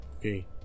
Okay